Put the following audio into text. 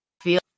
feel